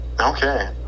Okay